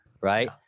Right